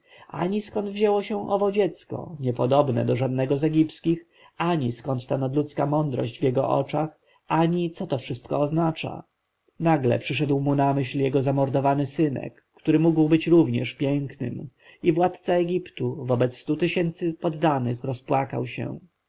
ani skąd wzięło się owe dziecko niepodobne do żadnego z egipskich ani skąd ta nadludzka mądrość w jego oczach ani co to wszystko oznacza nagle przyszedł mu na myśl jego zamordowany synek który mógł być również pięknym i władca egiptu wobec stu tysięcy poddanych rozpłakał się